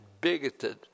bigoted